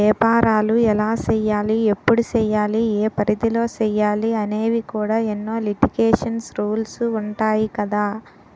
ఏపారాలు ఎలా సెయ్యాలి? ఎప్పుడు సెయ్యాలి? ఏ పరిధిలో సెయ్యాలి అనేవి కూడా ఎన్నో లిటికేషన్స్, రూల్సు ఉంటాయి కదా